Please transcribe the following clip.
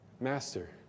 Master